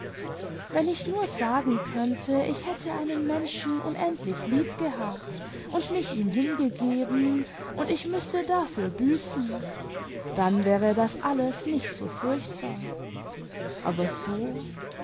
wenn ich nur sageu könnte ich hätte einen menschen unendlich lieb gehabt und mich ihm hingegeben imd ich müßte dafür büßen dann wäre das alles nicht so furchtbar aber so